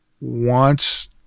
wants